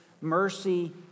mercy